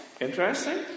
interesting